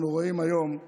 אנחנו רואים היום שהם